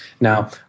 Now